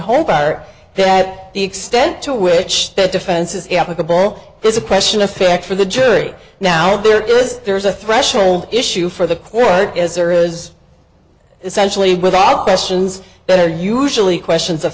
hobart that the extent to which that defense is applicable there's a question affect for the jury now there is there is a threshold issue for the court as there is essentially without questions that are usually questions of